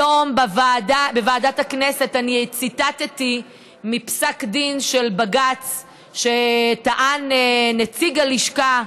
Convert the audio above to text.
היום בוועדת הכנסת ציטטתי מפסק דין של בג"ץ שטען נציג הלשכה,